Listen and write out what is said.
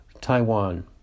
Taiwan